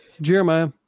Jeremiah